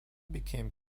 became